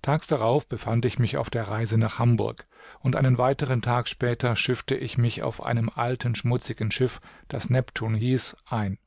tags darauf befand ich mich auf der reise nach hamburg und einen weiteren tag später schiffte ich mich auf einem alten schmutzigen schiff das neptun hieß ein